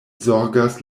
zorgas